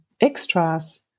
extras